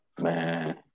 Man